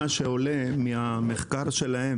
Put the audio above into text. מה שעולה מהמחקר שלהם,